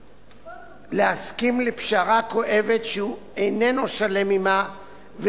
להסכים לפשרה כואבת שהוא איננו שלם עמה,